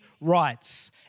Rights